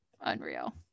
Unreal